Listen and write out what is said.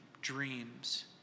dreams